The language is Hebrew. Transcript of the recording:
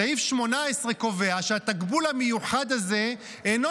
סעיף 18 קובע שהתגמול המיוחד הזה אינו